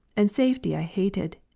and safety i hated,